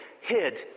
hid